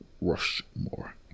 Rushmore